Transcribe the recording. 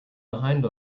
behind